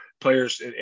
players